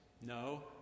No